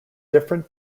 different